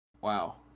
Wow